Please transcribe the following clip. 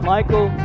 Michael